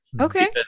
okay